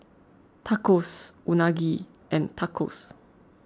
Tacos Unagi and Tacos